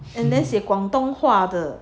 and then 写广东话的